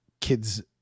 kids